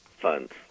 funds